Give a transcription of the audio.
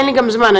אין לי גם זמן,